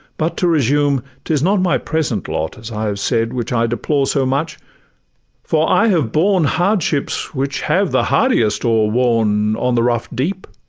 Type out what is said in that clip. but to resume, t is not my present lot, as i have said, which i deplore so much for i have borne hardships which have the hardiest overworn, on the rough deep.